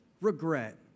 regret